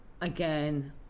again